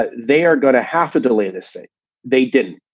ah they are going to have to delay this. say they didn't.